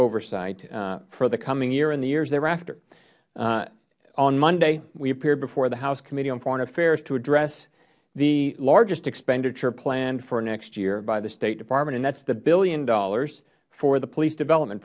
oversight for the coming year and the years thereafter on monday we appeared before the house committee on foreign affairs to address the largest expenditure planned for next year by the state department and that is the billion dollars for the police development